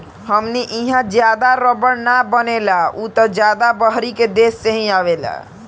हमनी इहा ज्यादा रबड़ ना बनेला उ त ज्यादा बहरी के देश से ही आवेला